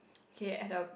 K at the